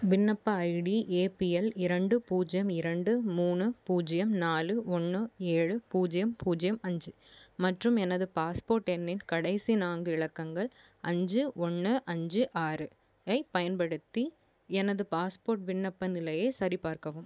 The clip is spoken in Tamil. விண்ணப்ப ஐடி ஏபிஎல் இரண்டு பூஜ்ஜியம் இரண்டு மூணு பூஜ்ஜியம் நாலு ஒன்று ஏழு பூஜ்ஜியம் பூஜ்ஜியம் அஞ்சு மற்றும் எனது பாஸ்போர்ட் எண்ணின் கடைசி நான்கு இலக்கங்கள் அஞ்சு ஒன்று அஞ்சு ஆறுயைப் பயன்படுத்தி எனது பாஸ்போர்ட் விண்ணப்ப நிலையை சரிபார்க்கவும்